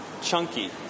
chunky